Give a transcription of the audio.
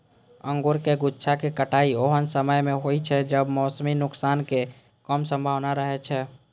अंगूरक गुच्छाक कटाइ ओहन समय मे होइ छै, जब मौसमी नुकसानक कम संभावना रहै छै